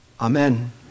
amen